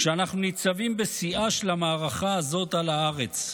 כשאנחנו ניצבים בשיאה של המערכה הזאת על הארץ,